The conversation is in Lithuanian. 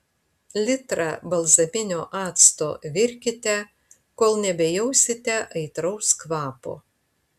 litrą balzaminio acto virkite kol nebejausite aitraus kvapo